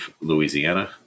Louisiana